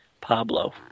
Pablo